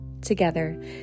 together